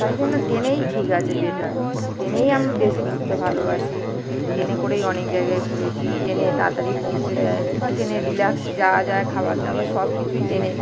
তাই জন্য ট্রেনেই ঠিক আছে বেটার ট্রেনেই আমি বেশি ঘুরতে ভালোবাসি ট্রেনে করেই অনেক জায়গায় ঘুরেছি ট্রেনে তাড়াতাড়ি পৌঁছে দেয় বা ট্রেনে রিলাক্সে যাওয়া যায় খাবার দাবার সব কিছুই ট্রেনে